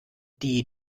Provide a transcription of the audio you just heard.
die